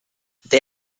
they